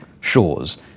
shores